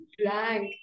blank